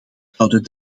zouden